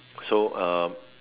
so